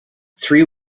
three